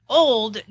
old